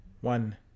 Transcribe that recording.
one